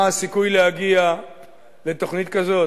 מה הסיכוי להגיע לתוכנית כזאת?